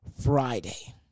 Friday